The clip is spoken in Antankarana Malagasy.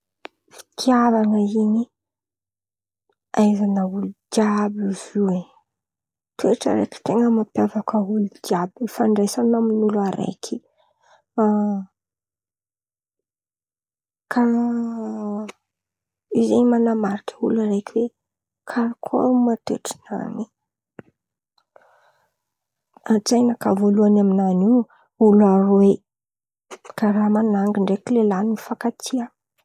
Fitiavan̈a zen̈y ahaizan̈a olo jiàby izy io, toetra raiky ten̈a mampiavaka olo jiàby ifandraisan̈a amy olo araiky. Karàha io zen̈y man̈amarika olo araiky oe karakôry ma toetran̈any. Hatsainakà vônaloan̈y aminany io, olo aroe karàha man̈angy ndraiky lehilahy mpifankatia.